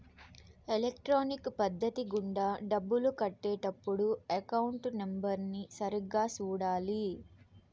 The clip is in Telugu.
ఎలక్ట్రానిక్ పద్ధతి గుండా డబ్బులు కట్టే టప్పుడు అకౌంట్ నెంబర్ని సరిగ్గా సూడాలి